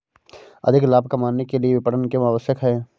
अधिक लाभ कमाने के लिए विपणन क्यो आवश्यक है?